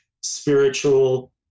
spiritual